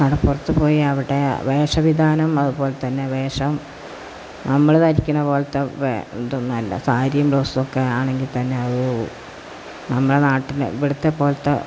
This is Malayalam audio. കടപ്പുറത്ത് പോയി അവിടെ വേഷവിധാനം അതുപോലെ തന്നെ വേഷം നമ്മള് ധരിക്കുന്ന പോലത്തെ ഇതൊന്നുമല്ല സാരിയും ബ്ലൗസൊക്കെ ആണെങ്കില് തന്നെ അത് നമ്മുടെ നാട്ടില് ഇവിടത്തെ പോലത്തെ